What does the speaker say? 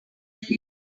live